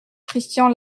christian